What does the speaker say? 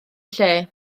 lle